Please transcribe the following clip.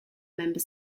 member